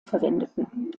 verwendeten